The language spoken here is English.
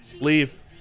Leave